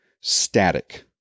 static